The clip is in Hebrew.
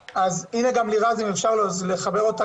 הנה גם לירז, אם אפשר לחבר אותה.